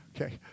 Okay